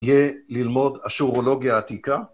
‫יהיה ללמוד אשורולוגיה עתיקה.